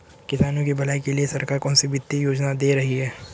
किसानों की भलाई के लिए सरकार कौनसी वित्तीय योजना दे रही है?